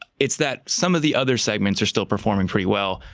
it's that some of the other segments are still performing pretty well.